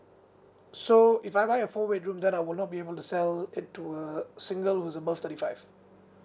so if I buy a four bedroom then I will not be able to sell it to a single who's above thirty five